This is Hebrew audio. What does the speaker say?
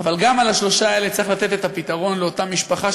אבל גם על השלוש האלה צריך לתת את הפתרון לאותה משפחה,